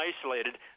isolated